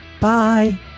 Bye